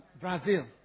Brazil